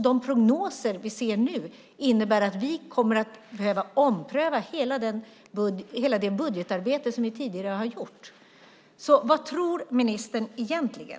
De prognoser vi ser nu innebär alltså att vi kommer att behöva ompröva hela det budgetarbete som vi tidigare har gjort. Vad tror ministern egentligen?